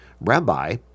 Rabbi